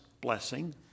blessing